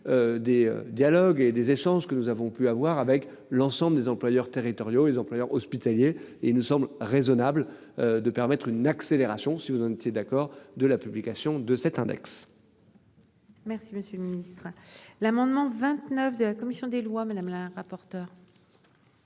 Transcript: des dialogues et des échanges que nous avons pu avoir avec l'ensemble des employeurs territoriaux les employeurs hospitaliers et nous semble raisonnable de permettre une accélération si vous en été. D'accord de la publication de cet index. Merci, monsieur le Ministre, l'amendement 29 de la commission des lois. Madame la rapporteure.